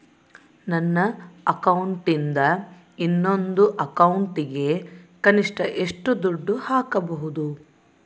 ನನ್ನ ಅಕೌಂಟಿಂದ ಇನ್ನೊಂದು ಅಕೌಂಟಿಗೆ ಕನಿಷ್ಟ ಎಷ್ಟು ದುಡ್ಡು ಹಾಕಬಹುದು?